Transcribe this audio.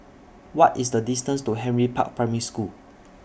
What IS The distance to Henry Park Primary School